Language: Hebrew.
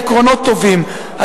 העקרונות טובים,